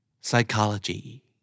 Psychology